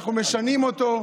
אנחנו משנים אותו,